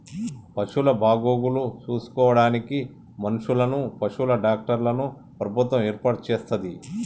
పశువుల బాగోగులు చూసుకోడానికి మనుషులను, పశువుల డాక్టర్లను ప్రభుత్వం ఏర్పాటు చేస్తది